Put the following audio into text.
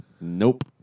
Nope